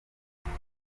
ibyo